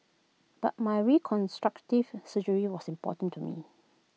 but my reconstructive surgery was important to me